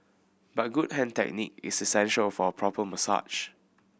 but good hand technique is essential for a proper massage